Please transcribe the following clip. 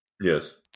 Yes